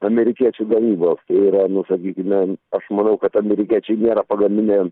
amerikiečių gamybos tai yra nu sakykime aš manau kad amerikiečiai nėra pagaminę